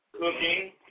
cooking